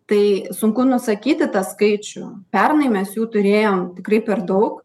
tai sunku nusakyti tą skaičių pernai mes jų turėjom tikrai per daug